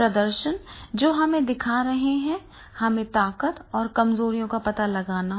प्रदर्शन जो हम दिखा रहे हैं हमें ताकत और कमजोरियों का पता लगाना होगा